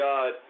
God